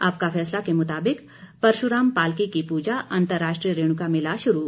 आपका फैसला के मुताबिक परशुराम पालकी की पूजा अंतर्राष्ट्रीय रेणुका मेला शुरू